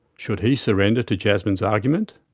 should he surrender to jasmine's argument?